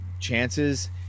chances